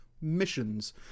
missions